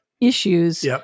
issues